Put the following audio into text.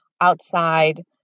outside